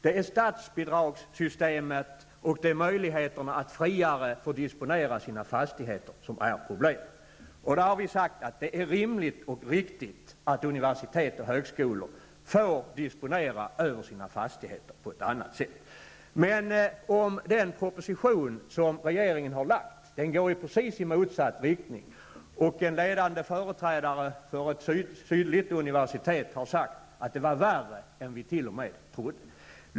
Det är statsbidragssystemet och möjligheterna att friare få disponera sina fastigheter som är problemet. Då har vi sagt att det är rimligt och riktigt att universitet och högskolor får disponera sina fastigheter på ett annat sätt. Den proposition som regeringen har lagt fram går precis i motsatt riktning. En ledande företrädare för ett sydligt universitet har sagt att det t.o.m. var värre än man trodde.